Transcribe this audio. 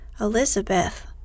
Elizabeth